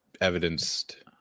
evidenced